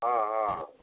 ହଁ ହଁ ହଁ